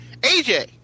AJ